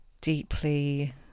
deeply